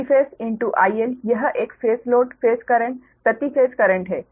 Vphase IL यह एक phase load phase current प्रति फेस करेंट है